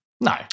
No